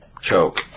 Choke